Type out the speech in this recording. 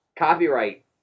copyright